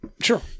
Sure